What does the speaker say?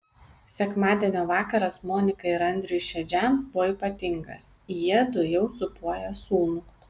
sekmadienio vakaras monikai ir andriui šedžiams buvo ypatingas jiedu jau sūpuoja sūnų